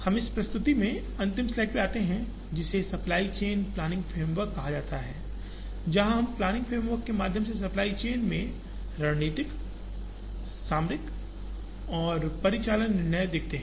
हम इस प्रस्तुति में अंतिम स्लाइड पर आते हैं जिसे सप्लाई चेन प्लानिंग फ्रेमवर्क कहा जाता है जहां हम प्लानिंग फ्रेमवर्क के माध्यम से सप्लाई चेन में रणनीतिक सामरिक और परिचालन निर्णय दिखाते हैं